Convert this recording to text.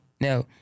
Now